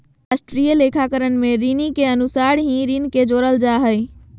राष्ट्रीय लेखाकरण में ऋणि के अनुसार ही ऋण के जोड़ल जा हइ